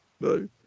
No